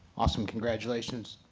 awesome, congratulations.